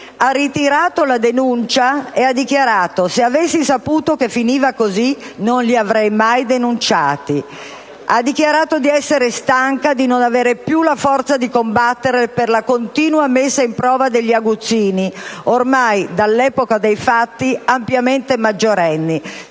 ha ritirato la denuncia e ha dichiarato: «se avessi saputo che finiva così, non li avrei mai denunciati», e di essere stanca e di non avere più la forza di combattere per la continua messa in prova degli aguzzini, ormai dall'epoca dei fatti ampiamente maggiorenni,